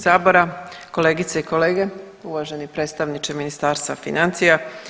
Sabora, kolegice i kolege, uvaženi predstavniče Ministarstva financija.